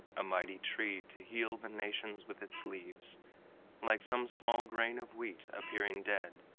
a mighty tree to heal the nations with its leaves like some small grain of wheat, appearing dead,